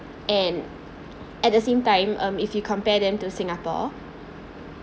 and at the same time um if you compare them to singapore